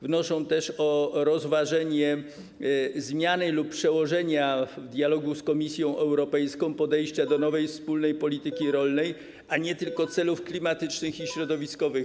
Wnoszą też o rozważenie zmiany lub przełożenia dialogu z Komisją Europejską, podejścia do nowej, wspólnej polityki rolnej, a nie tylko celów klimatycznych i środowiskowych.